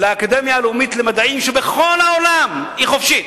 לאקדמיה הלאומית למדעים, שבכל העולם היא חופשית.